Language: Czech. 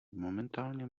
momentálně